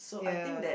ya